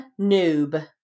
noob